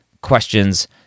questions